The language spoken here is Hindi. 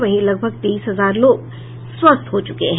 वहीं लगभग तेईस हजार लोग स्वस्थ हो चुके हैं